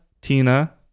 Tina